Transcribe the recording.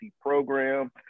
program